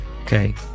Okay